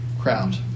crowd